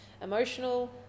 Emotional